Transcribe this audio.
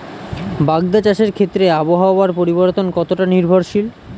বাগদা চাষের ক্ষেত্রে আবহাওয়ার পরিবর্তন কতটা নির্ভরশীল?